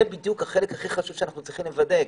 זה בדיוק החלק הכי חשוב שאנחנו צריכים לוודא.